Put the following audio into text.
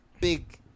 big